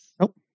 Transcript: Nope